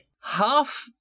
half